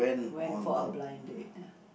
went for a blind date ah